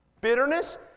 Bitterness